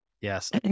Yes